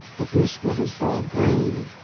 the grease wood is dull green,